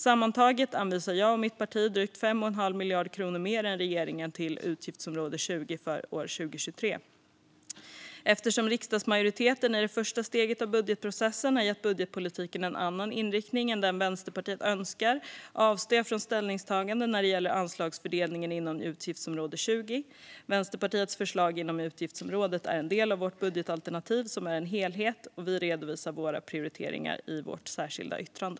Sammantaget anvisar jag och mitt parti drygt 5 1⁄2 miljard kronor mer än regeringen till utgiftsområde 20 för år 2023. Eftersom riksdagsmajoriteten i det första steget av budgetprocessen har gett budgetpolitiken en annan inriktning än den Vänsterpartiet önskar avstår jag från ställningstagande när det gäller anslagsfördelningen inom utgiftsområde 20. Vänsterpartiets förslag inom utgiftsområdet är en del av vårt budgetalternativ, som är en helhet. Vi redovisar våra prioriteringar i vårt särskilda yttrande.